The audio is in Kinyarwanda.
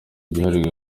gihari